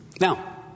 Now